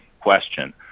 question